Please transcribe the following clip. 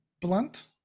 blunt